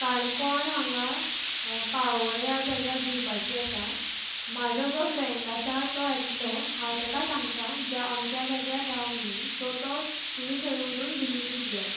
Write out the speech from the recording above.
काणकोण हांगा पाळोळ्या जाग्यार दिवपाची आसा म्हजो जो फ्रेंड आसा तो येतलो हांव ताका सांगता ज्या अमक्या जाग्यार राव म्हणून सो तो तुमी थंय व्हरून डिलिवरी दियात